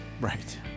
Right